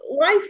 life